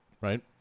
Right